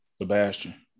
Sebastian